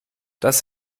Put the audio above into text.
das